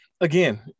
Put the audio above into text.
again